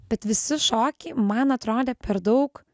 bet visi šokiai man atrodė per daug